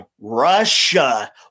Russia